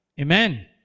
Amen